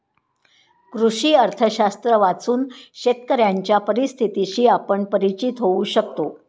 कृषी अर्थशास्त्र वाचून शेतकऱ्यांच्या परिस्थितीशी आपण परिचित होऊ शकतो